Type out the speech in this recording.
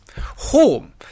home